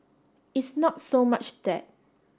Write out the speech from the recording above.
it's not so much that